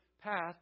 path